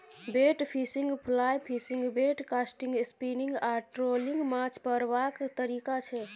bait fishing, fly fishing, bait casting, spinning आ trolling माछ पकरबाक तरीका छै